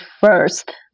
first